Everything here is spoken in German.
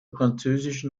französischen